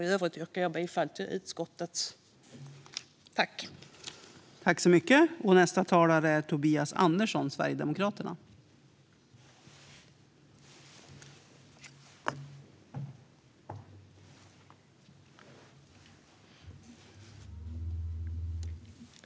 I övrigt yrkar jag bifall till utskottets förslag.